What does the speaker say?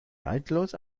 neidlos